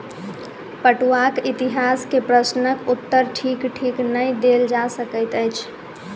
पटुआक इतिहास के प्रश्नक उत्तर ठीक ठीक नै देल जा सकैत अछि